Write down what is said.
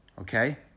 okay